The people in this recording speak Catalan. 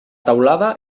teulada